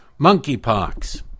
Monkeypox